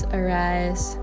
arise